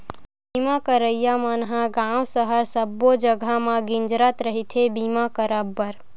बीमा करइया मन ह गाँव सहर सब्बो जगा म गिंजरत रहिथे बीमा करब बर